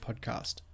podcast